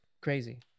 Crazy